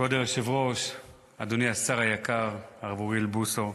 כבוד היושב-ראש, אדוני השר היקר הרב אוריאל בוסו,